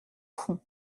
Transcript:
fond